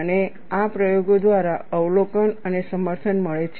અને આ પ્રયોગો દ્વારા અવલોકન અને સમર્થન મળે છે